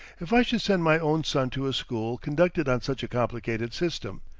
if i should send my own son to a school conducted on such a complicated system.